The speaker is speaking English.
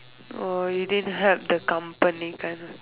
oh you didn't help the company kind of thing